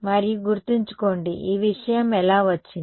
మరియు గుర్తుంచుకోండి ఈ విషయం ఎలా వచ్చింది